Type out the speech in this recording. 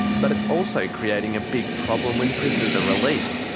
but it's also creating a big problem when prisoners are released,